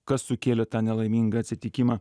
kas sukėlė tą nelaimingą atsitikimą